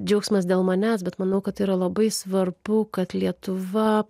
džiaugsmas dėl manęs bet manau kad tai yra labai svarbu kad lietuva